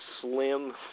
Slim